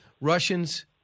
Russians